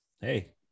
hey